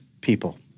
people